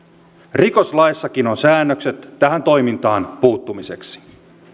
rikoslaissakin on säännökset tähän toimintaan puuttumiseksi